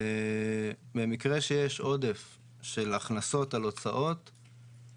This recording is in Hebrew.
במקרה שיש עודף של הכנסות על הוצאות,